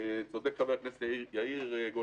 לא הייתי בתפקידי כראש רח"ל וצודק חבר הכנסת יאיר גולן.